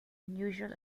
unusual